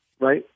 right